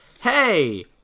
hey